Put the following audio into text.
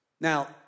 Now